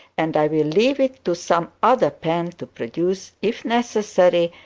and i will leave it to some other pen to produce, if necessary,